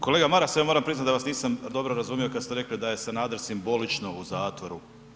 Kolega Maras, ja moram priznati da vas nisam dobro razumio kad ste rekli da je Sanader simbolično u zatvoru.